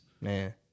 Man